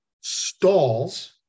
stalls